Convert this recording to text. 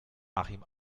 achim